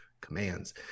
commands